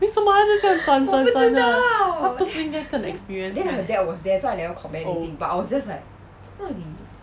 为什么她一直转转转的她不是应该跟 experience meh oh